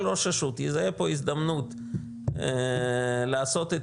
כל ראש רשות יזהה פה הזדמנות לעשות את